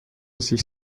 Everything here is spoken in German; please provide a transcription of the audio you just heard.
sich